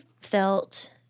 felt